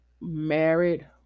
married